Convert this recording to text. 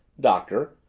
doctor,